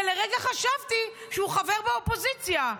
ולרגע חשבתי שהוא חבר באופוזיציה.